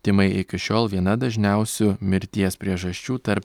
tymai iki šiol viena dažniausių mirties priežasčių tarp